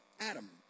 Adam